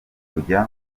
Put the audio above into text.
kujya